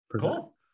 Cool